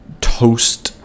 toast